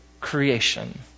creation